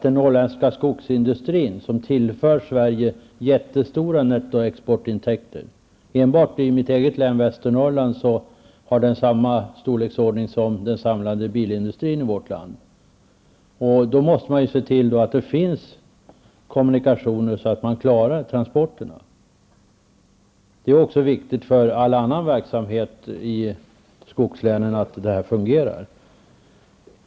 Den norrländska skogsindustrun, som tillför Sverige stora nettoexportintäkter, är enbart i mitt eget hemlän Västernorrland av samma storlek som den samlade bilindustrin i vårt land. Man måste därför se till att det finns kommunikationer så att transporterna kan klaras. Det är viktigt att transporterna fungerar, också för all annan verksamhet i skogslänen.